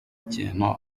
kintu